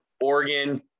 Oregon